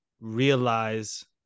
realize